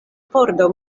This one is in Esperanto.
pordo